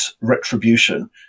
retribution